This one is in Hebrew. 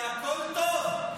כי הכול טוב.